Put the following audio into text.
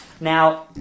Now